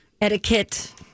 etiquette